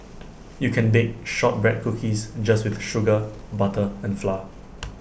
you can bake Shortbread Cookies just with sugar butter and flour